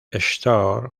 store